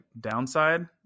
downside